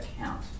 account